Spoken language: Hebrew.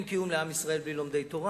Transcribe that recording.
אין קיום לעם ישראל בלי לומדי תורה.